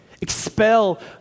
Expel